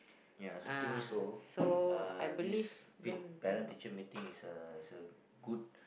ya think so uh this pit parent teacher meeting is a is a good